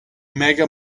mega